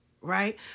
Right